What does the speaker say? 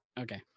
Okay